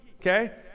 okay